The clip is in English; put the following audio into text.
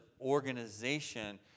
organization